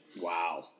Wow